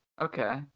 Okay